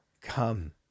come